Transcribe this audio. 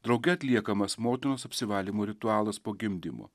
drauge atliekamas motinos apsivalymo ritualas po gimdymo